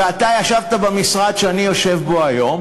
ואתה ישבת במשרד שאני יושב בו היום,